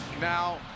Now